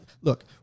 look